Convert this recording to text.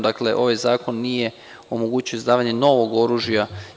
Dakle, ovaj Zakon nije omogućio izdavanje novog oružja.